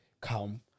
come